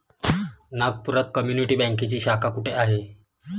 नागपुरात कम्युनिटी बँकेची शाखा कुठे आहे?